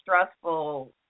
stressful